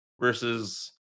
versus